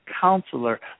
Counselor